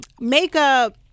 makeup